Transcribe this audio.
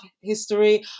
history